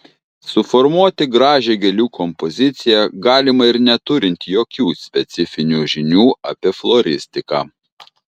suformuoti gražią gėlių kompoziciją galima ir neturint jokių specifinių žinių apie floristiką